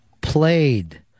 played